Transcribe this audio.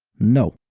no!